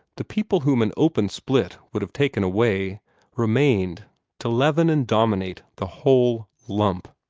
the people whom an open split would have taken away remained to leaven and dominate the whole lump.